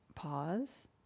Pause